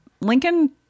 Lincoln